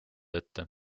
ette